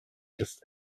ist